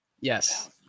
Yes